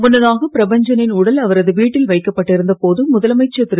முன்னதாக பிரபஞ்சனின் உடல் அவரது வீட்டில் வைக்கப்பட்டிருந்த போது முதலமைச்சர் திரு